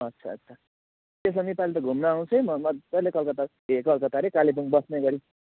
अच्छा अच्छा त्यसो भने यो पालि त म घुम्नु आउँछु है म मजाले कलकत्ता ए कलकत्ता हरे कालेबुङ बस्ने गरी